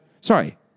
Sorry